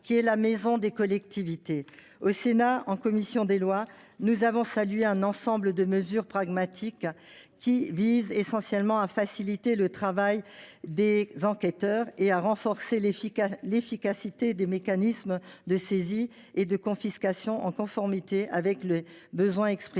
qui est la maison des collectivités. La commission des lois de notre assemblée a salué un ensemble de mesures pragmatiques, qui visent essentiellement à faciliter le travail des enquêteurs et à renforcer l’efficacité des mécanismes de saisie et de confiscation, en conformité avec les besoins exprimés